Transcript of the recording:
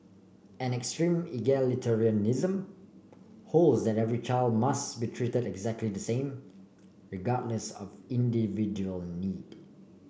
an extreme egalitarianism holds that every child must be treated exactly the same regardless of individual need